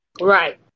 right